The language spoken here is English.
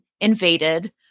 invaded